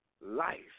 life